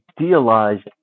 idealized